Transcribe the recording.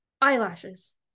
eyelashes